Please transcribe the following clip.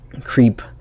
Creep